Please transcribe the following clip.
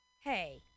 Hey